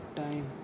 time